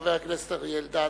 חבר הכנסת אריה אלדד,